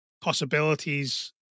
possibilities